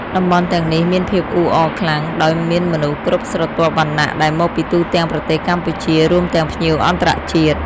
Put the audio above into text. តំបន់ទាំងនេះមានភាពអ៊ូអរខ្លាំងដោយមានមនុស្សគ្រប់ស្រទាប់វណ្ណៈ ដែលមកពីទូទាំងប្រទេសកម្ពុជា រួមទាំងភ្ញៀវអន្តរជាតិ។